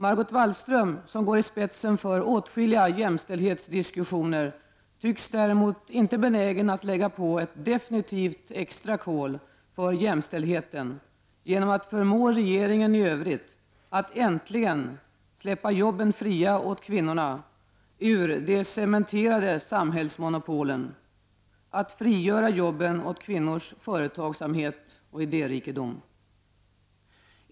Margot Wallström, som går i spetsen för åtskilliga jämställdhetsdiskussioner, tycks däremot inte vara benägen att lägga på ett definitivt extra kol för jämställdheten genom att förmå regeringen i övrigt att äntligen släppa jobben fria åt kvinnorna ur de cementerade samhällsmonopolen, att frigöra jobben åt kvinnors företagsamhet och idérikedom.